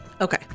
Okay